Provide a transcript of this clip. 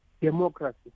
democracy